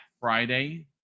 Friday